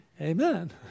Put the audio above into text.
Amen